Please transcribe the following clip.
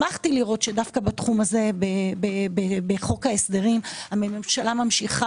שמחתי לראות שדווקא בתחום הזה בחוק ההסדרים הממשלה ממשיכה